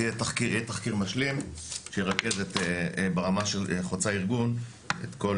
יהיה תחקיר משלים שירכז ברמה של חוצה ארגון את כל